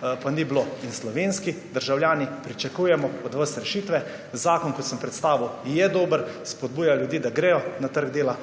pa ni bilo. Slovenski državljani pričakujemo od vas rešitve, zakon, kot sem predstavil, je dober, spodbuja ljudi, da gredo na trg dela,